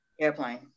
Airplane